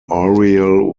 oriel